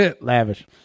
Lavish